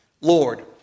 Lord